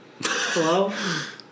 Hello